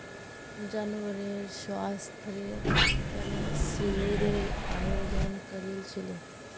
जानवरेर स्वास्थ्येर तने शिविरेर आयोजन करील छिले